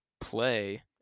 play